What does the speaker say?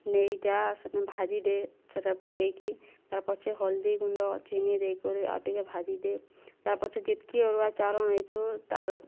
ନେଇଯା ସ ଭାଜି ଦେ ସେଟାରେ ପକାଇକି ତା'ର୍ ପଛେ ହଳଦୀ ଗୁଣ୍ଡ ଚିନି ଦେଇ କରି ଆଉ ଟିକେ ଭାଜି ଦେ ତା'ର୍ ପଛେ ଯେ୍ତକି ଅରୁଆ ଚାଉଳ ନେଇଥିବୁ ତା'ର୍